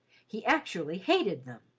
he actually hated them.